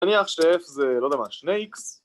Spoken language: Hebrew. נניח ש-F... ‫לא יודע מה זה, שני איקס?